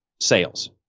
sales